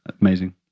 Amazing